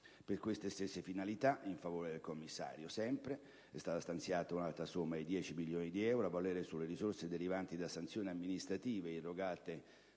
Per queste stesse finalità, sempre in favore del commissario, è stata stanziata una ulteriore somma di 10 milioni di euro a valere sulle risorse derivanti da sanzioni amministrative irrogate